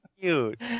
cute